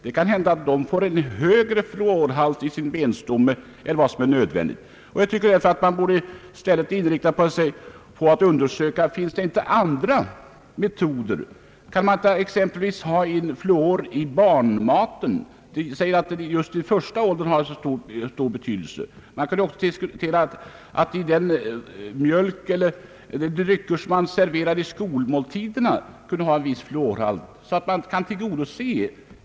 Det kan hända att de får en högre fluorhalt i sin benstomme än som är nödvändig. Jag tycker att man borde inrikta sig på att undersöka om inte andra metoder är tänkbara. Kan man inte tillsätta fluor exempelvis i barnmaten? Det sägs ju att fluoren har särskilt stor betydelse under de första levnadsåren. Den mjölk och de andra drycker som serveras i skolmåltiderna kunde också ha en viss fluorhalt.